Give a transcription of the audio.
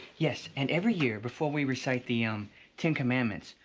yes, and every year before we recite the um ten commandments,